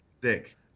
dick